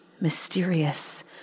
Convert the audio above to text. mysterious